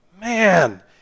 Man